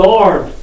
Lord